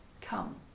come